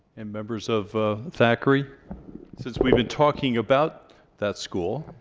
and members of thackrey since we've been talking about that school